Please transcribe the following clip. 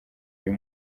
uyu